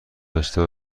داشته